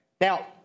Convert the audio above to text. now